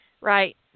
Right